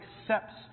accepts